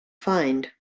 find